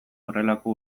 horrelako